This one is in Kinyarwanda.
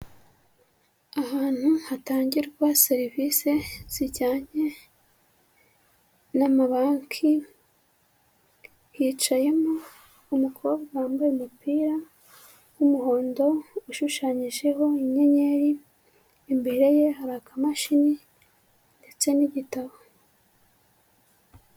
Ahantu hatangirwa serivisi zijyanye n'amabanki, hicayemo umukobwa wambaye umupira w'umuhondo ushushanyijeho inyenyeri, imbere ye hari akamashini ndetse n'igitabo.